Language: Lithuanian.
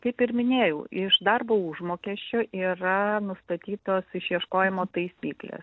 kaip ir minėjau iš darbo užmokesčio yra nustatytos išieškojimo taisyklės